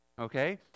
okay